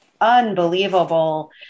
unbelievable